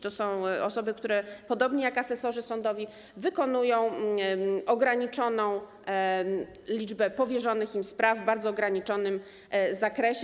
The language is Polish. To są osoby, które podobnie jak asesorzy sądowi wykonują ograniczoną liczbę powierzonych im zadań, w bardzo ograniczonym zakresie.